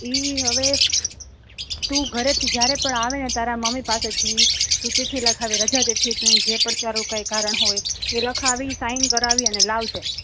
ઈ હવે ટુ ઘરેથી જયારે આવે ને તારા મમ્મી પાસેથી ચિટ્ઠી લખવી રજા ચિઠ્ઠી ને જે પં કઈ તારું કારણ હોય એ લખાવી અને સાઇન કરવી અને લાવજે